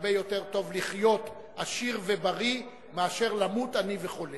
שהרבה יותר טוב לחיות עשיר ובריא מאשר למות עני וחולה.